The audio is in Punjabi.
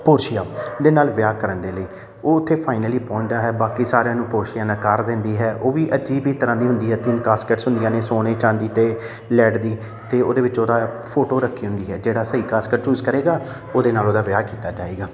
ਪੋਸ਼ੀਆ ਦੇ ਨਾਲ ਵਿਆਹ ਕਰਨ ਦੇ ਲਈ ਉਹ ਉੱਥੇ ਫਾਈਨਲੀ ਪਹੁੰਚਦਾ ਹੈ ਬਾਕੀ ਸਾਰਿਆਂ ਨੂੰ ਪੋਸ਼ੀਆ ਨਕਾਰ ਦਿੰਦੀ ਹੈ ਉਹ ਵੀ ਅਜੀਬ ਹੀ ਤਰ੍ਹਾਂ ਦੀ ਹੁੰਦੀ ਹੈ ਤਿੰਨ ਕਾਸਕਿਟਸ ਹੁੰਦੀਆਂ ਨੇ ਸੋਨੇ ਚਾਂਦੀ ਅਤੇ ਲੈਡ ਦੀ ਅਤੇ ਉਹਦੇ ਵਿੱਚ ਉਹਦਾ ਫੋਟੋ ਰੱਖੀ ਹੁੰਦੀ ਹੈ ਜਿਹੜਾ ਸਹੀ ਕਾਸਕਟ ਚੂਜ ਕਰੇਗਾ ਉਹਦੇ ਨਾਲ ਉਹਦਾ ਵਿਆਹ ਕੀਤਾ ਜਾਏਗਾ